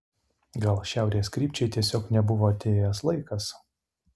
gal šiaurės krypčiai tiesiog nebuvo atėjęs laikas